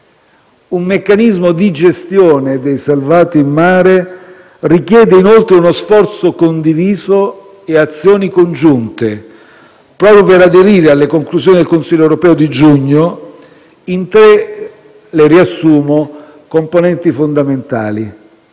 Un meccanismo di gestione dei salvati in mare richiede, inoltre, uno sforzo condiviso e azioni congiunte, proprio per aderire alle conclusioni del Consiglio europeo di giugno, in tre (le riassumo) componenti fondamentali: